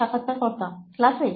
সাক্ষাৎকারকর্তা ক্লাসে